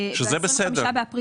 שזה בסדר.